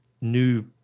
new